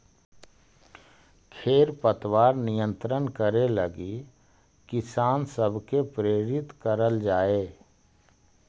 खेर पतवार नियंत्रण करे लगी किसान सब के प्रेरित करल जाए